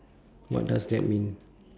what does that mean